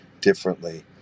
differently